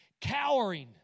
cowering